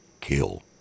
kill